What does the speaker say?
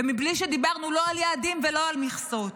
ובלי שדיברנו לא על יעדים ולא על מכסות.